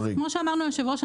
אז כמו שאמרנו יושב הראש,